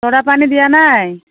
চ'দাপানী দিয়া নাই